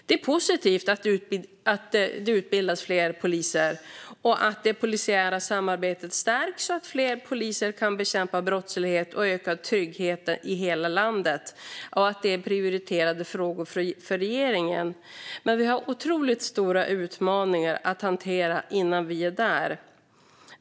Det är positivt att det utbildas fler poliser, att det polisiära samarbetet stärks, att fler poliser kan bekämpa brottslighet och öka tryggheten i hela landet och att detta är prioriterade frågor för regeringen. Men vi har otroligt stora utmaningar att hantera innan vi är där.